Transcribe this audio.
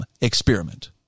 experiment